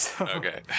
Okay